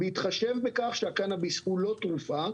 בהתחשב בכך שהקנביס הוא לא תרופה,